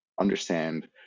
understand